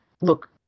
look